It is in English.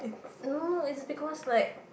no it's because like